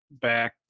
back